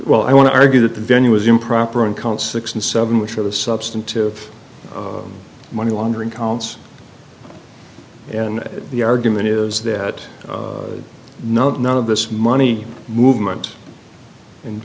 well i want to argue that the venue was improper in count six and seven which are the substantive money laundering counts and the argument is that no none of this money movement